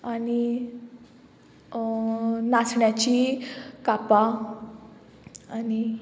आनी नाचण्याची कापां आनी